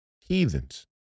heathens